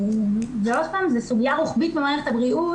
זו סוגיה רוחבית במערכת הבריאות.